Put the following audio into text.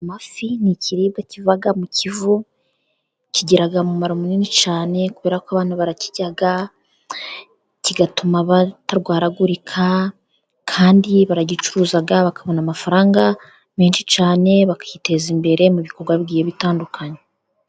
Amafi ni ikiribwa kiva mu Kivu kigira umumaro munini cyane kubera ko abantu barakirya kigatuma batarwaragurika, kandi baragicuruza bakabona amafaranga menshi cyane bakiteza imbere mu bikorwa bitandukanye.